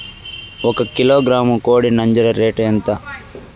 ఒక కిలోగ్రాము కోడి నంజర రేటు ఎంత?